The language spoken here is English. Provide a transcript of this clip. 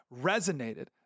Resonated